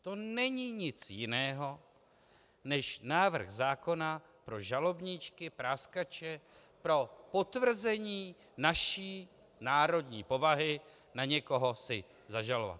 To není nic jiného než návrh zákona pro žalobníčky, práskače, pro potvrzení naší národní povahy na někoho si zažalovat.